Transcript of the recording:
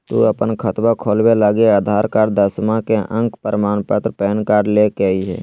तू अपन खतवा खोलवे लागी आधार कार्ड, दसवां के अक प्रमाण पत्र, पैन कार्ड ले के अइह